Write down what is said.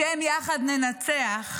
בשם "יחד ננצח"